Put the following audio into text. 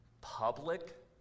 public